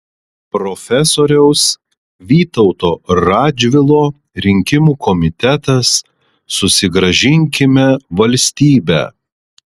profesoriaus vytauto radžvilo rinkimų komitetas susigrąžinkime valstybę